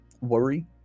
worry